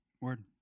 word